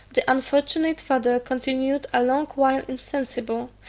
the unfortunate father continued a long while insensible,